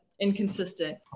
inconsistent